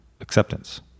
acceptance